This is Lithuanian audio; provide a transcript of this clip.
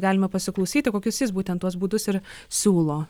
galime pasiklausyti kokius jis būtent tuos būdus ir siūlo